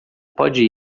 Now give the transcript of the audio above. pode